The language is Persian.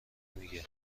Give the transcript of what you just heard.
میگه